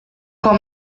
com